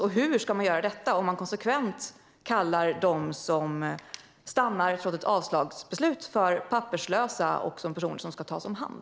Och hur ska man göra detta om man konsekvent kallar dem som stannar trots ett avslagsbeslut papperslösa och talar om dem som personer som ska tas om hand?